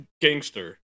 gangster